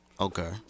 Okay